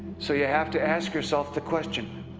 so you have to ask yourself the question